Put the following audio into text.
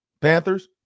Panthers